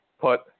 put